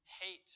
hate